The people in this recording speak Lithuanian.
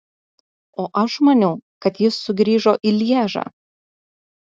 o aš maniau kad jis sugrįžo į lježą